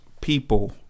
people